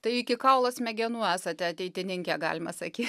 tai iki kaulo smegenų esate ateitininkė galima sakyt